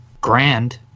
grand